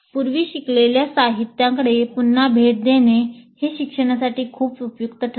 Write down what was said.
पूर्वी शिकलेल्या साहित्याकडे पुन्हा भेट देणे हे शिक्षणासाठी खूप उपयुक्त ठरते